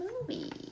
movie